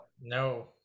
No